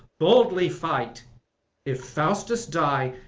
boldly fight if faustus die,